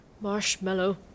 marshmallow